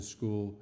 School